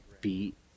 beat